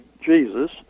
Jesus